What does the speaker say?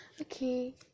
Okay